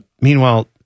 Meanwhile